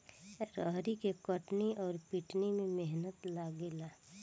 रहरी के कटनी अउर पिटानी में मेहनत लागेला